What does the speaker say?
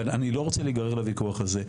אבל אני לא רוצה להיגרר לוויכוח הזה.